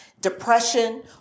depression